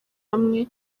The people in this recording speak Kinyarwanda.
hamwe